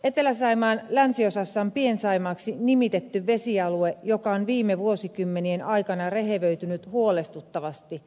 etelä saimaan länsiosassa on pien saimaaksi nimitetty vesialue joka on viime vuosikymmenien aikana rehevöitynyt huolestuttavasti